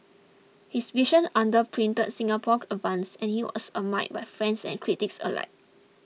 his vision underpinned Singapore's advances and he was admired by friends and critics alike